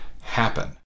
happen